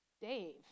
Dave